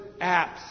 apps